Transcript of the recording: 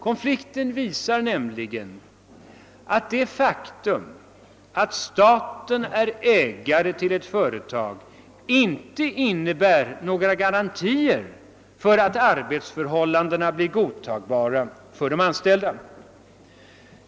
Konflikten visar nämligen att det faktum att staten är ägare till ett företag inte innebär några garantier för att arbetsförhållandena blir godtagbara för de anställda.